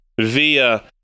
via